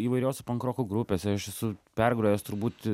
įvairiose pankroko grupėse aš esu pergrojęs turbūt